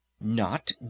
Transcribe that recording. Not